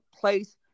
place